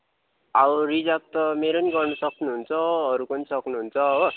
अब रिजर्भ त मेरो नि गर्नु सक्नुहुन्छ अरूको नि सक्नुहुन्छ हो